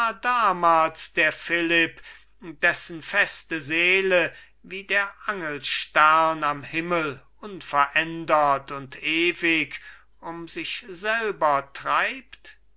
damals der philipp dessen feste seele wie der angelstern am himmel unverändert und ewig um sich selber treibt